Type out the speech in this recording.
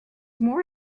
more